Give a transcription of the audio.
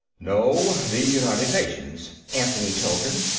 no, the united nations, anthony told him.